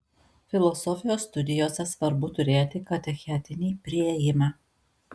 filosofijos studijose svarbu turėti katechetinį priėjimą